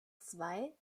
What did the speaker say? zwei